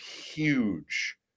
huge